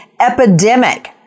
Epidemic